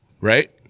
Right